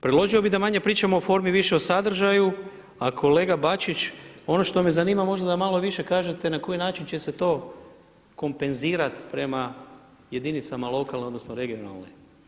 Predložio bih da manje pričamo o formi, više o sadržaju, a kolega Bačić ono što me zanima možda da malo više kažete na koji način će se to kompenzirati prema jedinicama lokalne odnosno regionalne.